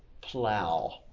plow